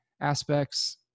aspects